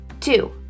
Two